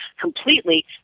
completely